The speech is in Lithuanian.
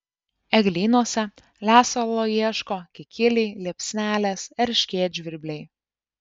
eglynuose lesalo ieško kikiliai liepsnelės erškėtžvirbliai